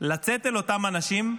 לצאת אל אותם אנשים,